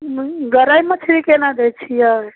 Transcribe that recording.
गरइ मछरी कोना दै छिए